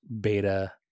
Beta